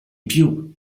più